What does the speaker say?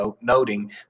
noting